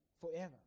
forever